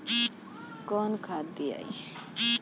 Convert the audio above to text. कौन खाद दियई?